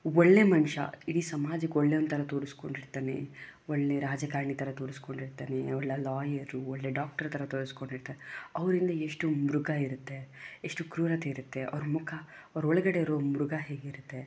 ಒಳ್ಳೆಯ ಮನುಷ್ಯ ಇಡೀ ಸಮಾಜಕ್ಕೆ ಒಳ್ಳೆಯವನ್ ಥರ ತೋರಿಸ್ಕೊಂಡಿರ್ತಾನೆ ಒಳ್ಳೆಯ ರಾಜಕಾರಣಿ ಥರ ತೋರಿಸಿಕೊಂಡಿರ್ತಾನೆ ಒಳ್ಳೆಯ ಲಾಯರು ಒಳ್ಳೆಯ ಡಾಕ್ಟ್ರ್ ಥರ ತೋರಿಸಿಕೊಂಡಿರ್ತಾನೆ ಅವರಿಂದ ಎಷ್ಟು ಮೃಗ ಇರುತ್ತೆ ಎಷ್ಟು ಕ್ರೂರತೆ ಇರುತ್ತೆ ಅವ್ರ ಮುಖ ಅವ್ರ ಒಳಗಡೆ ಇರೋ ಮೃಗ ಹೇಗಿರುತ್ತೆ